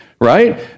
right